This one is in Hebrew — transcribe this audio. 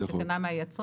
הוא קנה מהיצרן,